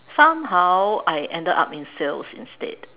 somehow I ended up in sales instead